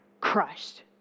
crushed